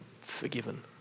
forgiven